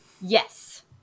Yes